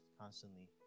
constantly